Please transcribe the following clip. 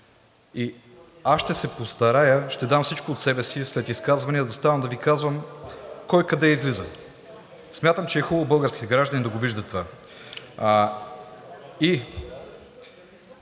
И аз ще се постарая, ще дам всичко от себе си след изказвания да ставам да Ви казвам кой къде излиза. Смятам, че е хубаво българските граждани да го виждат това.